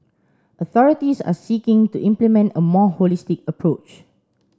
authorities are seeking to implement a more holistic approach